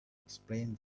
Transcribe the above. explained